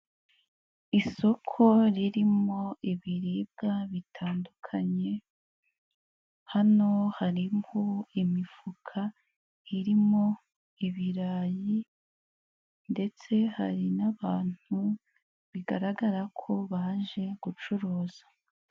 Isoko ririmo ibiribwa bitandukanye, hano harimo imifuka irimo ibirayi ndetse hari n'abantu bigaragara ko baje gucuruza.